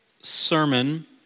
sermon